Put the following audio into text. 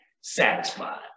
satisfied